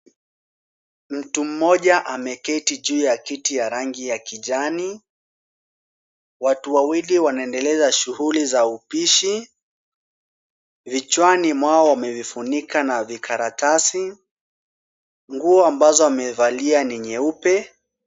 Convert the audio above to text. Mtu mmoja ameketi juu ya kiti ya rangi ya kijani. Watu wawili wanaendeleza shughuli za upishi. Vichwani mwao wamejifunika na vikaratasi. Nguo ambazo wamevalia ni nyeupe.